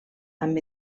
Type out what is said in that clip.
amb